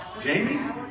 Jamie